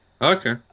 Okay